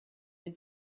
den